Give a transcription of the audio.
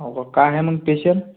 हो का काय आहे मंग स्पेशल